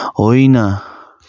होइन